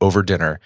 over dinner.